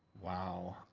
wow.